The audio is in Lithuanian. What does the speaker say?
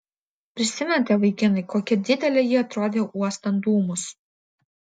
prisimenate vaikinai kokia didelė ji atrodė uostant dūmus